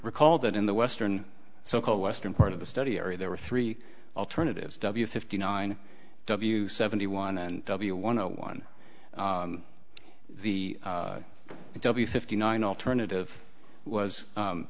recall that in the western so called western part of the study area there were three alternatives w fifty nine w seventy one and w one o one the fifty nine alternative was